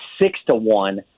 six-to-one